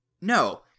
No